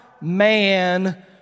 man